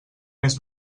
més